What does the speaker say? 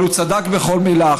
אבל הוא צדק בכל מילה.